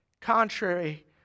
contrary